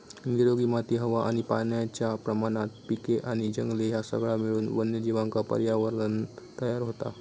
निरोगी माती हवा आणि पाण्याच्या प्रमाणात पिके आणि जंगले ह्या सगळा मिळून वन्यजीवांका पर्यावरणं तयार होता